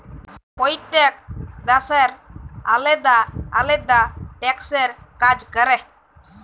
প্যইত্তেক দ্যাশের আলেদা আলেদা ট্যাক্সের কাজ ক্যরে